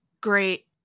Great